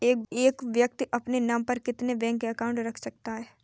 एक व्यक्ति अपने नाम पर कितने बैंक अकाउंट रख सकता है?